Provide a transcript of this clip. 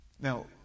Now